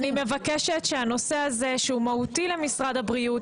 אני מבקשת שהנושא הזה שהוא מהותי למשרד הבריאות